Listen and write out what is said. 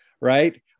right